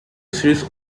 series